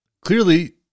Clearly